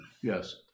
Yes